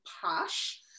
posh